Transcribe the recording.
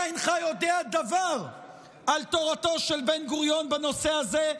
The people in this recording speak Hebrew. אתה אינך יודע דבר על תורתו של בן-גוריון בנושא הזה,